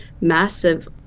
massive